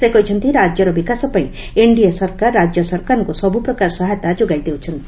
ସେ କହିଛନ୍ତି ରାଜ୍ୟର ବିକାଶପାଇଁ ଏନ୍ଡିଏ ସରକାର ରାଜ୍ୟ ସରକାରଙ୍କୁ ସବୁ ପ୍ରକାର ସହାୟତା ଯୋଗାଇ ଦେଉଛନ୍ତି